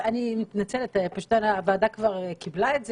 אני מתנצלת, הוועדה כבר קיבלה את זה.